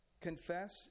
confess